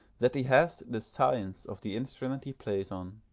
that he has the science of the instrument he plays on,